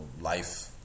life